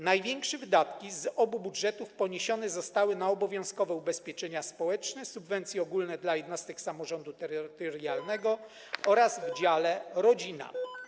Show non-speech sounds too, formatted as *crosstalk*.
Największe wydatki z obu budżetów poniesione zostały na obowiązkowe ubezpieczenia społeczne, subwencje ogólne dla jednostek samorządu terytorialnego *noise* oraz na potrzeby wyszczególnione w dziale: Rodzina.